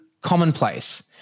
commonplace